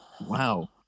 Wow